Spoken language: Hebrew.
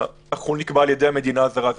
חו"ל נקבע על-ידי המדינה הזרה.